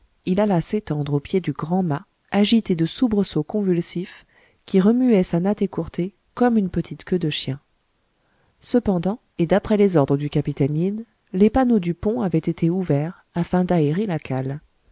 il alla s'étendre au pied du grand mât agité de soubresauts convulsifs qui remuaient sa natte écourtée comme une petite queue de chien cependant et d'après les ordres du capitaine yin les panneaux du pont avaient été ouverts afin d'aérer la cale